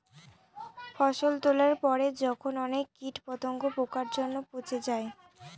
ফসল তোলার পরে যখন অনেক কীট পতঙ্গ, পোকার জন্য পচে যায়